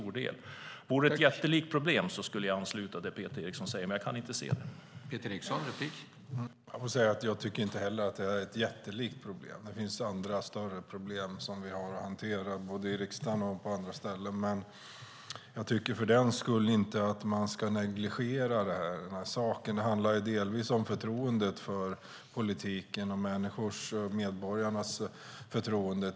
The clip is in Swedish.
Om det vore ett jättelikt problem skulle jag ansluta mig till det Peter Eriksson säger, men jag kan inte se att det är det.